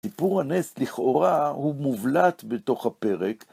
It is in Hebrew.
סיפור הנס לכאורה הוא מובלט בתוך הפרק.